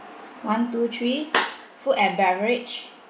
one two three food and beverage